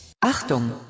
Achtung